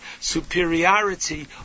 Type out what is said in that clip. superiority